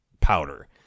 powder